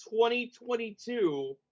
2022